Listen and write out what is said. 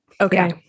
Okay